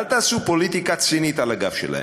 אל תעשו פוליטיקה צינית על הגב שלהם.